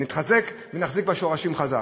נתחזק ונחזיק בשורשים חזק.